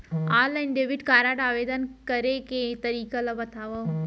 Online debit card आवेदन करे के तरीका ल बतावव?